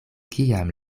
kiam